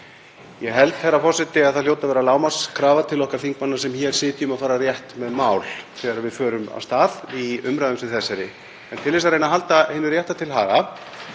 Ég held, herra forseti, að það hljóti að vera lágmarkskrafa til okkar þingmanna sem hér sitjum að fara rétt með mál þegar við förum af stað í umræðum sem þessari. En til þess að reyna að halda hinu rétta til haga